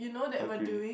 agree